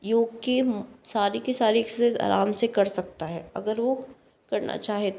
योग की सारी कि सारी एक्सज़ आराम से कर सकता है अगर वो करना चाहे तो